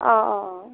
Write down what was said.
অঁ অঁ